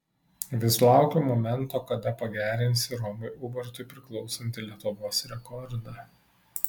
vis laukiu momento kada pagerinsi romui ubartui priklausantį lietuvos rekordą